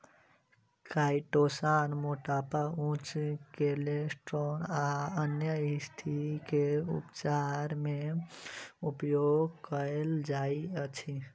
chitosan मोटापा उच्च cholesterol आ अन्य स्तिथि के उपचार मे उपयोग कायल जाइत अछि